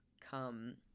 come